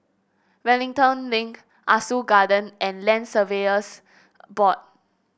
Wellington Link Ah Soo Garden and Land Surveyors Board